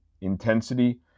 Intensity